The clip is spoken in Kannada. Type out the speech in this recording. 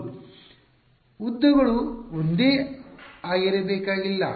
ವಿದ್ಯಾರ್ಥಿ ಉದ್ದಗಳು ಒಂದೇ ಆಗಿರಬೇಕಾಗಿಲ್ಲ